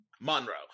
Monroe